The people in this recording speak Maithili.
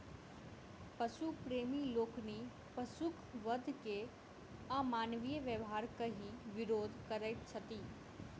पशु प्रेमी लोकनि पशुक वध के अमानवीय व्यवहार कहि विरोध करैत छथि